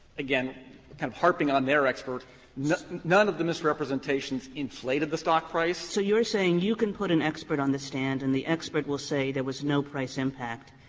again kind of harping on their expert none none of the misrepresentations inflated the stock price kagan so you're saying you can put an expert on the stand and the expert will say there was no price impact,